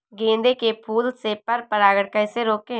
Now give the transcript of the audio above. गेंदे के फूल से पर परागण कैसे रोकें?